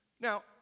Now